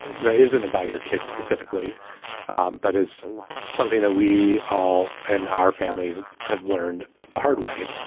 that isn't about your kids specifically but it's something that we all and our families have learned the hard way